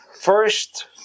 first